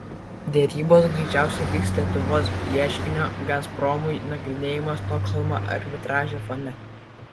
derybos greičiausiai vyks lietuvos ieškinio gazpromui nagrinėjimo stokholmo arbitraže fone